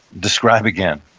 describe again,